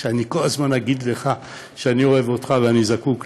שאני כל הזמן אגיד לך שאני אוהבת אותך ואני זקוקה לך.